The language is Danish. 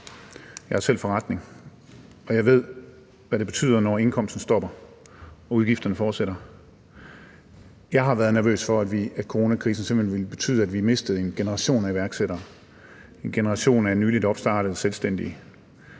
jeg har selv en forretning, og jeg ved, hvad det betyder, når indkomsten stopper og udgifterne fortsætter. Jeg har været nervøs for, at coronakrisen simpelt hen ville betyde, at vi mistede en generation af iværksættere – en generation af nyligt opstartede selvstændige.